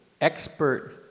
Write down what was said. expert